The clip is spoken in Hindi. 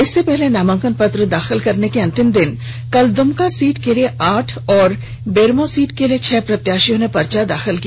इससे पहले नामांकन पत्र दाखिल कैरने के अंतिम दिन कल दुमका सीट के लिए आठ और बेरमो सीट के लिए छह प्रत्याशियों ने पर्चा दाखिल किया